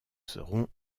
seront